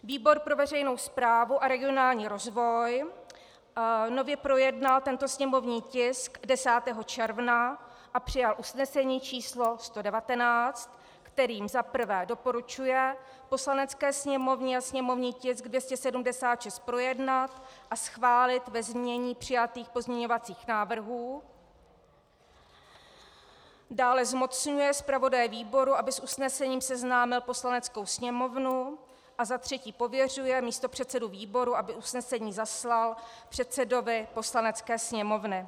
Výbor pro veřejnou správu a regionální rozvoj nově projednal tento sněmovní tisk 10. června a přijal usnesení číslo 119, kterým za prvé doporučuje Poslanecké sněmovně sněmovní tisk 276 projednat a schválit ve znění přijatých pozměňovacích návrhů, dále zmocňuje zpravodaje výboru, aby s usnesením seznámil Poslaneckou sněmovnu, a pověřuje místopředsedu výboru, aby usnesení zaslal předsedovi Poslanecké sněmovny.